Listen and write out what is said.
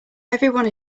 everyone